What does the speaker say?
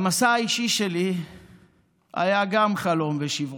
גם במסע האישי שלי היה חלום ושברו.